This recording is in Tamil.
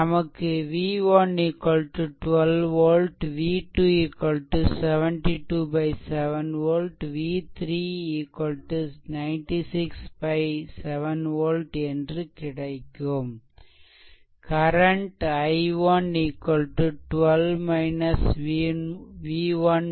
நமக்கு v1 12 volt v2 72 7 volt v3 96 7 volt என்று கிடைக்கும் கரண்ட் i1 12 v1 4 4